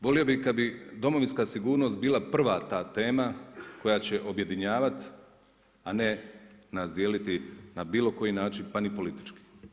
Volio bi kad bi domovinska sigurnost bila prva ta tema, koja će objedinjavati, a ne nas dijeliti na bilo koji način pa ni na politički.